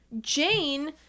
Jane